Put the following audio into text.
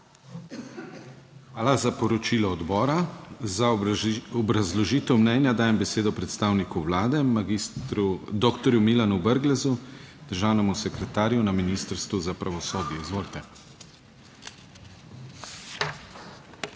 Hvala za poročilo odbora. Za obrazložitev mnenja dajem besedo predstavniku Vlade magistru, doktorju Milanu Brglezu, državnemu sekretarju na Ministrstvu za pravosodje. Izvolite. **DR.